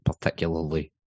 particularly